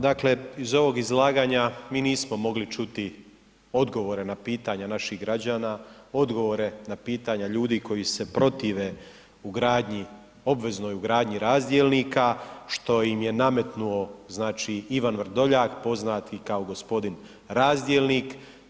Dakle, iz ovog izlaganja mi nismo mogli čuti odgovore na pitanja naših građana, odgovore na pitanja ljudi koji se protive ugradnji, obveznoj ugradnji razdjelnika što im je nametnuo znači Ivan Vrdoljak poznati kao gospodin Razdjelnik.